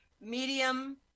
medium